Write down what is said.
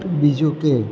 બીજું કે